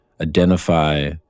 identify